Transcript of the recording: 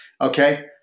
Okay